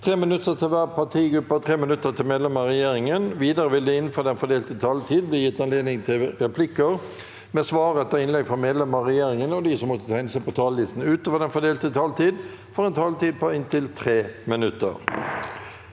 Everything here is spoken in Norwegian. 3 minutter til hver partigruppe og 3 minutter til medlemmer av regjeringen. Videre vil det – innenfor den fordelte taletid – bli gitt anledning til replikker med svar etter innlegg fra medlemmer av regjeringen, og de som måtte tegne seg på talerlisten utover den fordelte taletid, får også en taletid på inntil 3 minutter.